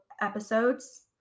episodes